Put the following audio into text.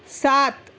سات